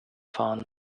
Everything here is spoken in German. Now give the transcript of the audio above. fahren